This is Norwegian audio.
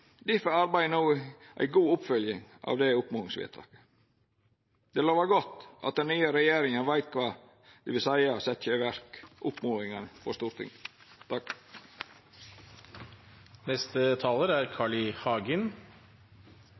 difor er arbeidet no ei god oppfølging av det oppmodingsvedtaket. Det lovar godt at den nye regjeringa veit kva det vil seia å setja i verk oppmodingane frå Stortinget.